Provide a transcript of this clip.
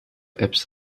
apps